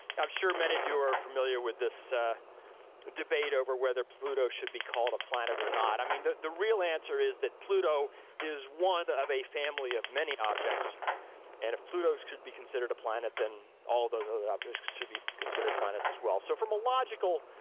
i'm sure many of you are familiar with this debate over whether pluto should be called a planet or not. i mean, the the real answer is that pluto is one of a family of many objects and if pluto could be considered a planet, then all of those other objects should be considered planets as well. so from a logical,